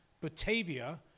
Batavia